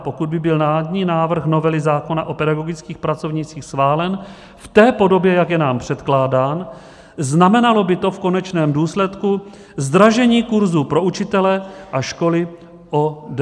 Pokud by byl vládní návrh novely zákona o pedagogických pracovnících schválen v té podobě, jak je nám předkládán, znamenalo by to v konečném důsledku zdražení kurzů pro učitele a školy o DPH.